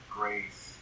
grace